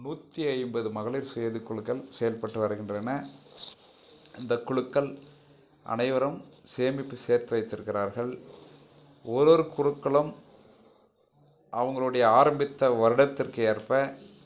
நூற்றி ஐம்பது மகளிர் சுய உதவி குழுக்கள் செயல்பட்டு வருகின்றன அந்த குழுக்கள் அனைவரும் சேமிப்பு சேர்த்து வைத்திருக்கிறார்கள் ஒரு ஒரு குழுக்களும் அவங்களுடைய ஆரம்பித்த வருடத்திற்கு ஏற்ப